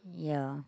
yeah